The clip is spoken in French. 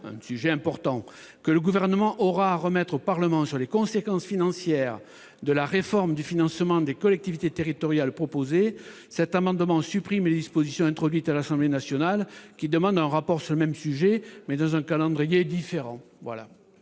vise le rapport que le Gouvernement aura à remettre au Parlement sur les conséquences financières de la réforme du financement des collectivités territoriales proposée, cet amendement tend à supprimer les dispositions introduites à l'Assemblée nationale, qui demandent un rapport sur le même sujet, mais dans un calendrier différent.